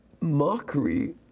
mockery